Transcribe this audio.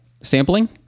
sampling